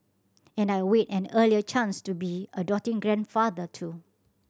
and I await an earlier chance to be a doting grandfather too